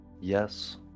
Yes